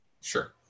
sure